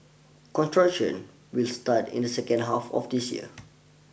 construction will start in the second half of this year